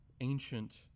ancient